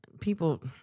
people